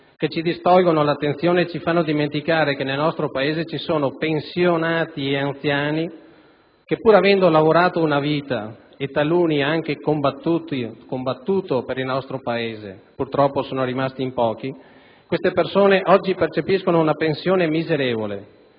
che distolgono la nostra attenzione e ci fanno dimenticare che nel nostro Paese ci sono pensionati e anziani che pur avendo lavorato una vita, e taluni anche combattuto per il nostro Paese (purtroppo sono rimasti in pochi), oggi percepiscono una pensione miserevole.